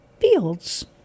Fields